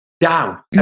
Down